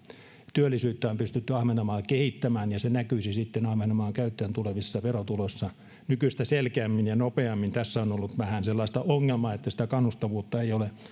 työllisyyttä on pystytty ahvenanmaalla kehittämään ja se näkyisi sitten ahvenanmaan käyttöön tulevissa verotuloissa nykyistä selkeämmin ja nopeammin tässä on ollut vähän sellaista ongelmaa että sitä kannustavuutta ei ole tämä